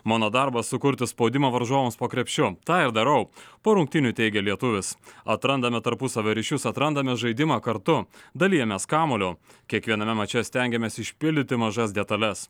mano darbas sukurti spaudimą varžovams po krepšiu tą ir darau po rungtynių teigė lietuvis atrandame tarpusavio ryšius atrandame žaidimą kartu dalijamės kamuoliu kiekviename mače stengiamės išpildyti mažas detales